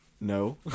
No